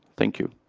thank you.